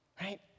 right